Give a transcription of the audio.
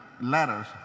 letters